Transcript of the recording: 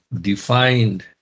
defined